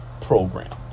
program